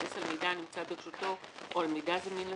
בהתבסס על מידע הנמצא ברשותו או על מידע זמין לציבור,